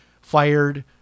fired